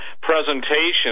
presentation